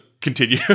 continue